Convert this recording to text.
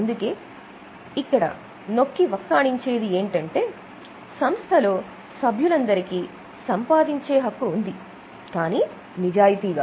అందుకే ఇక్కడ నొక్కివక్కాణించారు ఏంటంటే సంస్థలో సభ్యులందరికీ సంపాదించే హక్కు ఉంది కానీ నిజాయితీగా